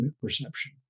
perception